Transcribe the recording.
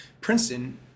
Princeton